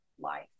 life